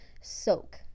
soak